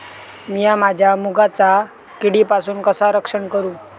मीया माझ्या मुगाचा किडीपासून कसा रक्षण करू?